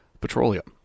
Petroleum